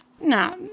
no